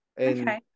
Okay